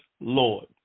Lord